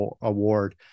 award